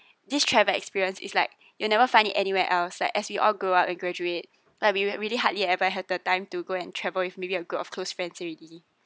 this travel experience is like you'll never find it anywhere else like as we all grow up and graduate like we re~ really hardly ever had the time to go and travel with maybe a group of close friends already